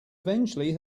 eventually